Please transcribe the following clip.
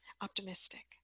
optimistic